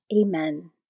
Amen